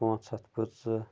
پانٛژھ ہَتھ پٕنٛژٕ